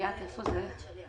כפי שאתם